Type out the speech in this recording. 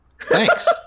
Thanks